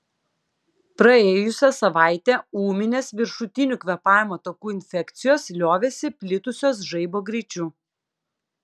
praėjusią savaitę ūminės viršutinių kvėpavimo takų infekcijos liovėsi plitusios žaibo greičiu